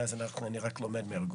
מאז אני רק לומד מהארגון.